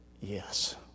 Yes